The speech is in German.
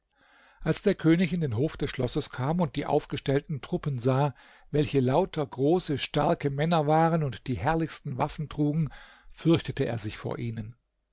als der könig in den hof des schlosses kam und die aufgestellten truppen sah welche lauter große starke männer waren und die herrlichsten waffen trugen fürchtete er sich vor ihnen